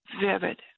vivid